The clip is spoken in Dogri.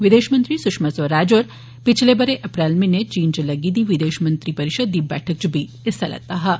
विदेश मंत्री सुषमा स्वराज होरें पिछले बरे अप्रैल म्हीने चीन च लग्गी दी विदेश मंत्रिएं परिषद दी बैठक च बी हिस्सा लैता हा